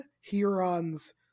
Huron's